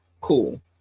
Cool